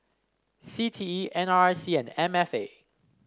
C T E N R I C and M F A